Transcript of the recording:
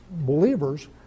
believers